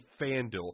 FanDuel